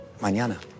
mañana